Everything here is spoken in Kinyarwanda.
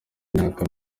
imyaka